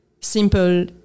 simple